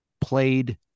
Played